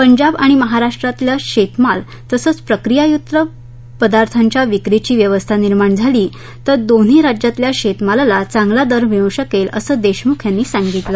पंजाब आणि महाराष्ट्रातल्या शेत माल तसंच प्रक्रियाय्क्त पदार्थाच्या विक्रीची व्यवस्था निर्माण झाली तर दोन्ही राज्यातल्या शेतमालाला चांगला दर मिळू शकेल असं देशमुख यांनी सांगितलं